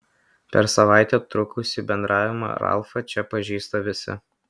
per savaitę trukusį bendravimą ralfą čia pažįsta visi